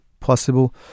possible